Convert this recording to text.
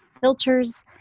filters